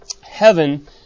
heaven